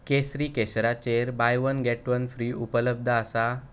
केसरी केसराचेर buy one get one free उपलब्ध आसा